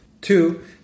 Two